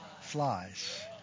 flies